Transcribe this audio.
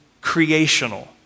creational